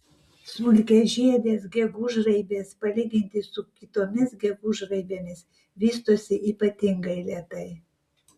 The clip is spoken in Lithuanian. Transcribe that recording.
smulkiažiedės gegužraibės palyginti su kitomis gegužraibėmis vystosi ypatingai lėtai